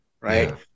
right